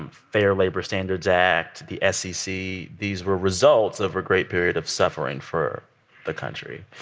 um fair labor standards act, the s e c. these were results over a great period of suffering for the country.